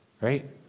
right